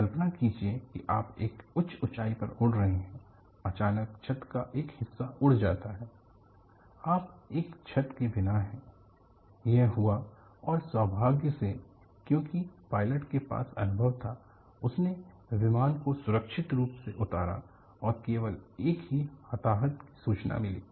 कल्पना कीजिए कि आप एक उच्च ऊंचाई पर उड़ रहे हैं अचानक छत का एक हिस्सा उड़ जाता है आप एक छत के बिना हैं यह हुआ और सौभाग्य से क्योंकि पायलट के पास अनुभव था उसने विमान को सुरक्षित रूप से उतारा और केवल एक ही हताहत की सूचना मिली